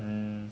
mm